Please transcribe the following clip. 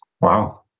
Wow